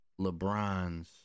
LeBron's